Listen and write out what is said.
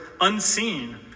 unseen